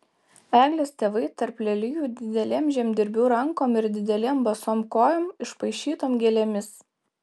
eglės tėvai tarp lelijų didelėm žemdirbių rankom ir didelėm basom kojom išpaišytom gėlėmis